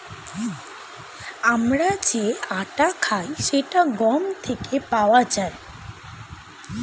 আমরা যে আটা খাই সেটা গম থেকে পাওয়া যায়